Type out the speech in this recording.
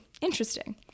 interesting